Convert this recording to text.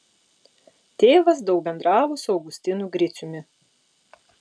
tėvas daug bendravo su augustinu griciumi